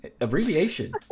Abbreviation